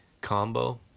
combo